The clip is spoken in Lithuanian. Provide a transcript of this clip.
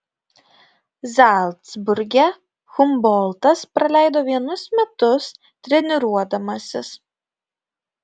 zalcburge humboltas praleido vienus metus treniruodamasis